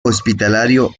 hospitalario